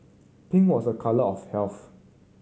pink was a colour of health